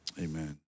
amen